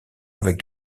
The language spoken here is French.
avec